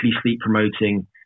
sleep-promoting